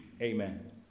Amen